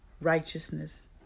righteousness